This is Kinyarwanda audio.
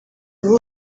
ubu